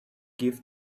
give